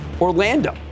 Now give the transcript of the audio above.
Orlando